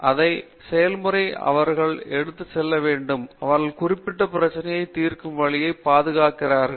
இந்த செயல்முறையை அவர்கள் எடுத்துச் செல்ல முடியும் அவர்கள் குறிப்பிட்ட பிரச்சனையை தீர்க்கும் வழியை பாதுகாக்கிறார்கள்